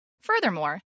Furthermore